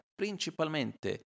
principalmente